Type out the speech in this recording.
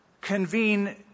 convene